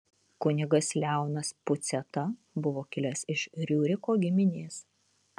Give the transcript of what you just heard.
kunigas leonas puciata buvo kilęs iš riuriko giminės